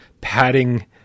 padding